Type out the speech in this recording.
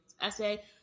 essay